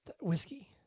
whiskey